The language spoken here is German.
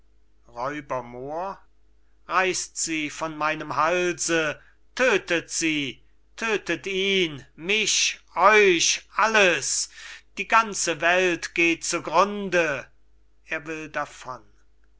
reißt sie von meinem halse tödtet sie tödtet ihn mich euch alles die ganze welt geh zu grunde